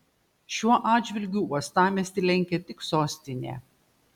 šiuo atžvilgiu uostamiestį lenkia tik sostinė